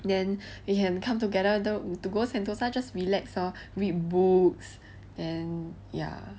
then we can come together to go sentosa just relax lor read books then ya